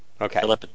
Okay